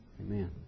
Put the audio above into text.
Amen